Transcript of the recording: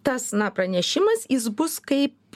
tas na pranešimas jis bus kaip